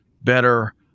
better